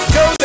go